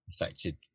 affected